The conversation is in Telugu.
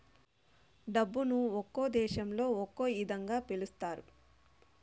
డబ్బును ఒక్కో దేశంలో ఒక్కో ఇదంగా పిలుత్తారు